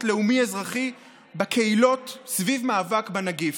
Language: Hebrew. לאומי-אזרחי בקהילות סביב המאבק בנגיף.